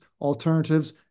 alternatives